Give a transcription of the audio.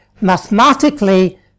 mathematically